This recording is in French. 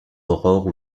aurore